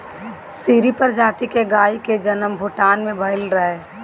सीरी प्रजाति के गाई के जनम भूटान में भइल रहे